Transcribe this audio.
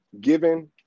given